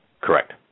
Correct